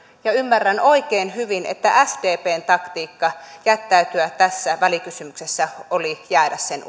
ja ymmärrän oikein hyvin että sdpn taktiikka tässä välikysymyksessä oli jättäytyä sen